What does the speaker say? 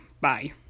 bye